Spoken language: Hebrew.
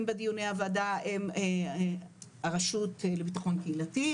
בדיוני הוועדה הם הרשות לביטחון קהילתי,